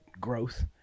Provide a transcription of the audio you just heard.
growth